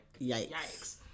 yikes